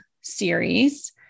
series